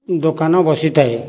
ଦୋକାନ ବସିଥାଏ